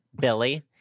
Billy